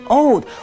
old